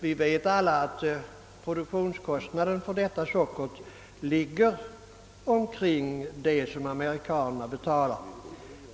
Vi vet alla att produktionskostnaden för detta socker ligger i närheten av det pris som amerikanarna betalar.